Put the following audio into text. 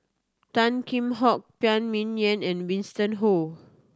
Tan Kheam Hock Phan Ming Yen and Winston